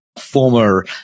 former